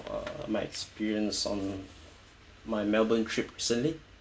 uh my experience on my melbourne trip recently